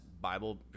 bible